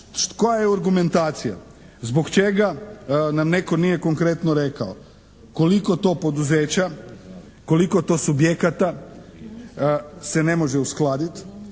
koja je argumentacija. Zbog čega nam netko nije konkretno rekao koliko to poduzeća, koliko to subjekata se ne može uskladiti,